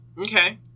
Okay